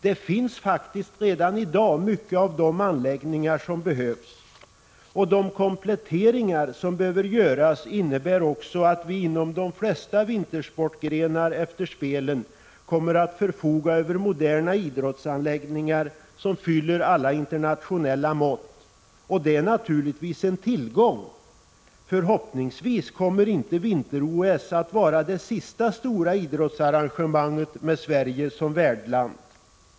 Det finns faktiskt redan i dag mycket av de anläggningar som behövs. De kompletteringar som behöver göras innebär också att vi inom de flesta vintersportgrenar efter spelen kommer att förfoga över moderna idrottsanläggningar som fyller alla internationella mått. Det är naturligtvis en tillgång. Förhoppningsvis kommer inte vinter-OS att vara det sista stora idrottsarrangemanget med Sverige som värdland.